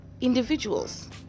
individuals